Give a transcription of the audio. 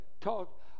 talk